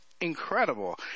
incredible